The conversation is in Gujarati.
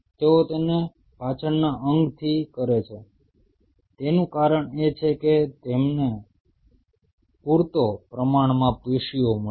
તેઓ તેને પાછળના અંગથી કરે છે તેનું કારણ એ છે કે તમને પૂરતા પ્રમાણમાં પેશીઓ મળે છે